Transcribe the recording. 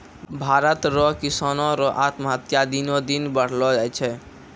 भारत रो किसानो रो आत्महत्या दिनो दिन बढ़लो जाय छै